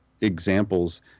examples